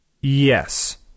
Yes